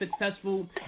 successful